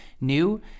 new